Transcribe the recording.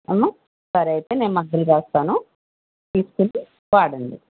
అమ్మా సరే అయితే నేను మందులు రాస్తాను తీసుకొని వాడండి